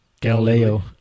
Galileo